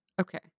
Okay